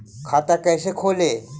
खाता कैसे खोले?